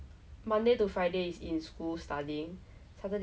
I think was mainly because of the dragon boat I think because like